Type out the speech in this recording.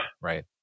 right